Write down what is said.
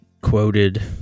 quoted